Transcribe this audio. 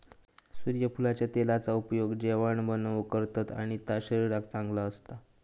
सुर्यफुलाच्या तेलाचा उपयोग जेवाण बनवूक करतत आणि ता शरीराक चांगला असता